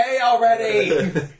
already